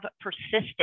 persisted